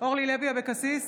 אורלי לוי אבקסיס,